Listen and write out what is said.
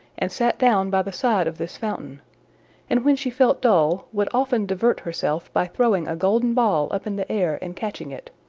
and sat down by the side of this fountain and, when she felt dull, would often divert herself by throwing a golden ball up in the air and catching it.